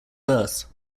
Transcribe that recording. birth